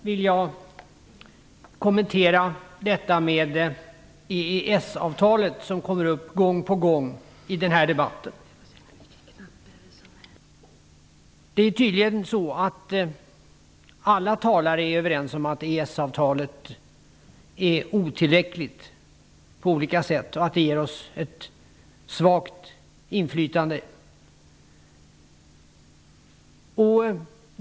Herr talman! Först vill jag kommentera EES avtalet, som kommer upp gång på gång i den här debatten. Alla talare är tydligen överens om att EES avtalet är otillräckligt på olika sätt och att det ger oss ett svagt inflytande.